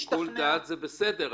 שיקול דעת זה בסדר,